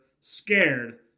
scared